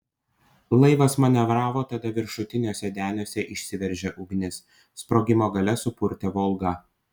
laivas manevravo tada viršutiniuose deniuose išsiveržė ugnis sprogimo galia supurtė volgą